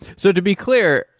so to be clear,